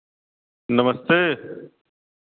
नमस्ते